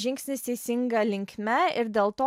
žingsnis teisinga linkme ir dėl to